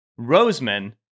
Roseman